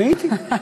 אני הייתי.